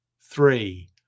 three